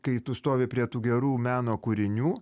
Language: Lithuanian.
kai tu stovi prie tų gerų meno kūrinių